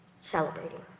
celebrating